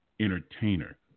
entertainer